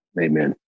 Amen